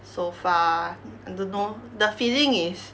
so far I don't know the feeling is